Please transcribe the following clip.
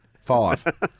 five